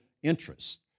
interest